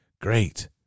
Great